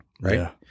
right